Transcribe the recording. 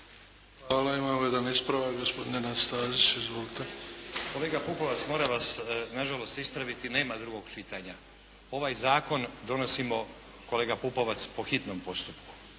Hvala. Imamo jedan ispravak. Gospodin Nenad Stazić. Izvolite. **Stazić, Nenad (SDP)** Kolega Pupovac! Moram vas nažalost ispraviti. Nema drugog čitanja. Ovaj zakon donosimo kolega Pupovac po hitnom postupku.